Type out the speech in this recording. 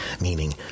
meaning